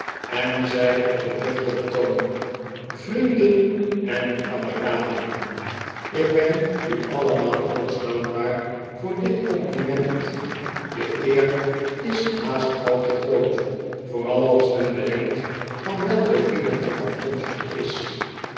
en zei op een luchtigen toon vrienden en kameraden ik ben u allemaal hoogst dankbaar voor dit compliment de eer is haast al te groot vooral als men bedenkt van welke lieden het afkomstig is